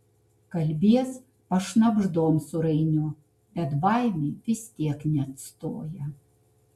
kalbies pašnabždom su rainiu bet baimė vis tiek neatstoja